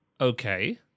okay